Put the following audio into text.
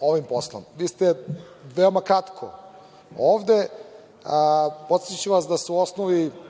ovim poslom? Vi ste veoma kratko ovde. Podsetiću vas da su osnovni